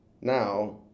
now